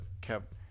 kept